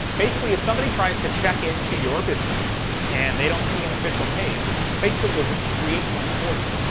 basically if somebody tries to check in to your business and they don't see an official page, facebook will just create one for them.